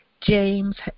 James